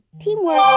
teamwork